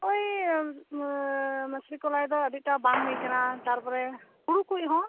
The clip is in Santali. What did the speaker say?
ᱚᱭ ᱢᱟᱹᱥᱨᱤ ᱠᱚᱞᱟᱭ ᱫᱚ ᱟᱹᱰᱤ ᱴᱟᱜ ᱵᱟᱝ ᱦᱩᱭ ᱠᱟᱱᱟ ᱛᱟᱨᱯᱚᱨᱮ ᱦᱩᱲ ᱠᱚᱦᱚᱸ